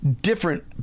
Different